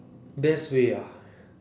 best way ah